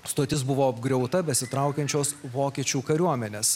stotis buvo apgriauta besitraukiančios vokiečių kariuomenės